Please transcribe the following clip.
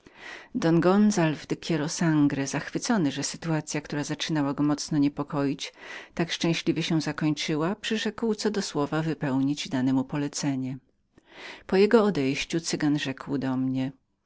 don gonzalw de hierro sangre zachwycony że nie gorzej skończył się wypadek który zaczynał go mocno niepokoić przyrzekł co do słowa wypełnić dane mu polecenie po jego odejściu cygan rzekł do mnie